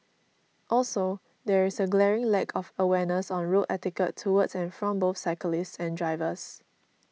also there is a glaring lack of awareness on road etiquette towards and from both cyclists and drivers